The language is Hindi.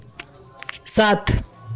सात